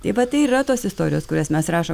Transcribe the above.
tai va tai ir yra tos istorijos kurias mes rašom